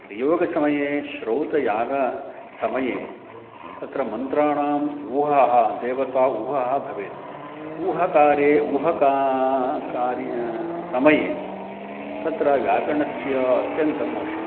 प्रयोगसमये श्रौतयागसमये तत्र मन्त्राणाम् ऊहाः देवता ऊहः भवेत् ऊहाकारे ऊहः का कार्य समये तत्र व्याकरणस्य अत्यन्तम् आवश्यकम्